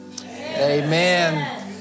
amen